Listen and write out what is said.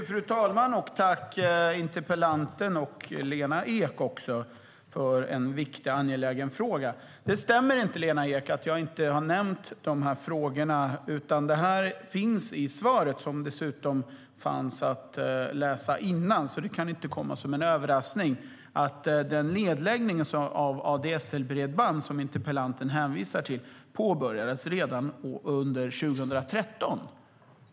Fru talman! Jag tackar interpellanten och Lena Ek för en viktig och angelägen fråga. Det stämmer inte, Lena Ek, att jag inte har nämnt de här frågorna. Det finns i svaret, som dessutom fanns att läsa före debatten. Det kan alltså inte komma som någon överraskning att den nedläggning av ADSL-bredband som interpellanten hänvisar till påbörjades redan under 2013.